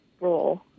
role